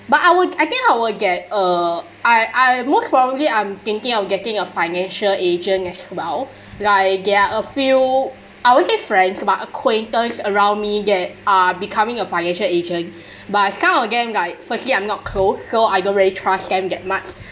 but I would I think I will get uh I I most probably I'm thinking of getting a financial agent as well like there are a few I won't say friends but acquaintance around me that are becoming a financial agent but uh some of them like firstly I'm not close so I don't really trust them that much